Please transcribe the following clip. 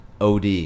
OD